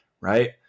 right